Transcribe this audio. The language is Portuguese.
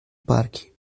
parque